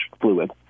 fluid